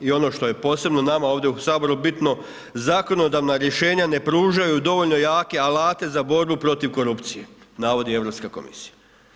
I ono što je posebno nama ovdje u Saboru bitno zakonodavna rješenja ne pružaju dovoljno jake alate za borbu protiv korupcije, navodi Europska komisija.